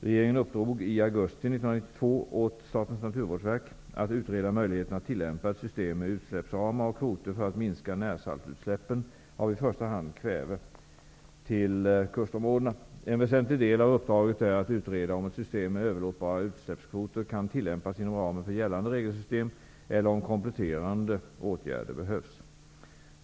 Regeringen uppdrog i augusti 1992 åt Statens naturvårdsverk att utreda möjligheten att tillämpa ett system med utsläppsramar och kvoter för att minska närsaltutsläppen av i första hand kväve till kustområdena. En väsentlig del av uppdraget är att utreda om ett system med överlåtbara utsläppskvoter kan tillämpas inom ramen för gällande regelsystem eller om kompletterande åtgärder behövs.